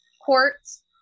Quartz